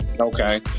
okay